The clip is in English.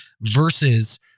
versus